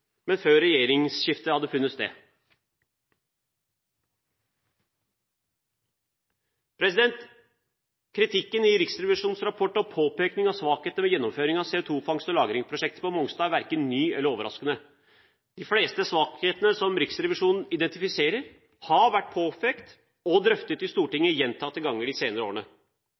men før regjeringsskiftet hadde funnet sted. Kritikken i Riksrevisjonens rapport og påpekningen av svakhetene ved gjennomføringen av CO2-fangst og -lagringsprosjektet på Mongstad er verken er ny eller overraskende. De fleste svakhetene som Riksrevisjonen identifiserer, har vært påpekt og drøftet i Stortinget gjentatte ganger de senere årene.